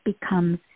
becomes